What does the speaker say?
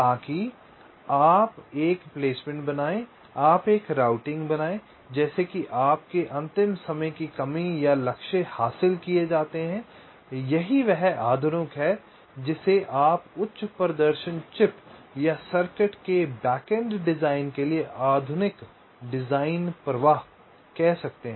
ताकि आप एक प्लेसमेंट बनाएं आप एक राउटिंग बनाएं जैसे कि आपके अंतिम समय की कमी या लक्ष्य हासिल किए जाते हैं यही वह आधुनिक है जिसे आप उच्च प्रदर्शन चिप या सर्किट के बैक एंड डिजाइन के लिए आधुनिक डिजाइन प्रवाह कह सकते हैं